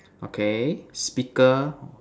okay speaker